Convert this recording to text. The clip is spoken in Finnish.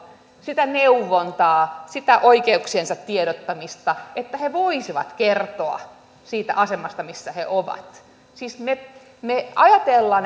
sitä neuvontaa sitä oikeuksiensa tiedottamista että he voisivat kertoa siitä asemasta missä he ovat siis me ajattelemme